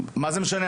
מה זה משנה?